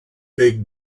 big